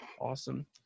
Awesome